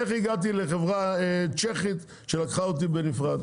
איך הגעתי לחברה צ'כית שלקחה אותי בנפרד?